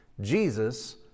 Jesus